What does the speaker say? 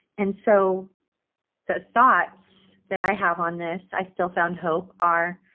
and so the thoughts that i have on this i still found hope are,